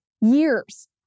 years